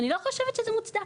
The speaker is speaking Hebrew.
אני לא חושבת שזה מוצדק.